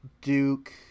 Duke